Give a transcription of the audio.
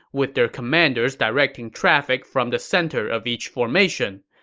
with their commanders directing traffic from the center of each formation.